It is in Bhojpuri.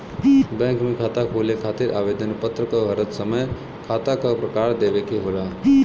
बैंक में खाता खोले खातिर आवेदन पत्र भरत समय खाता क प्रकार देवे के होला